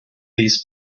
these